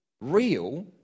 Real